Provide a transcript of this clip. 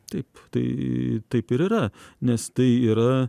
taip tai taip ir yra nes tai yra